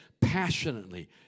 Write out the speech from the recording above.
passionately